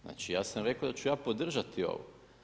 Znači, ja sam rekao da ću ja podržati ovo.